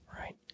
right